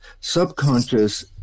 Subconscious